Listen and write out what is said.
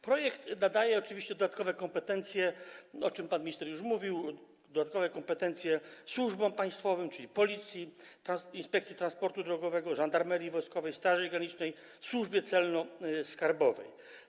Projekt nadaje oczywiście dodatkowe kompetencje, o czym pan minister już mówił, służbom państwowym, czyli Policji, Inspekcji Transportu Drogowego, Żandarmerii Wojskowej, Straży Granicznej, Służbie Celno-Skarbowej.